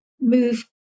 move